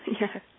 yes